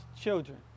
children